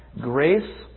Grace